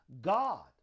God